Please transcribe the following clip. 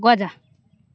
গজা